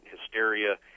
hysteria